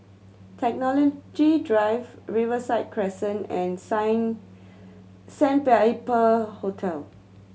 Technology Drive Riverside Crescent and Sign Sandpiper Hotel